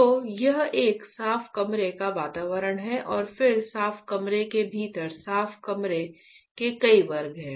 तो यह एक साफ कमरे का वातावरण है और फिर साफ कमरे के भीतर साफ कमरे के कई वर्ग हैं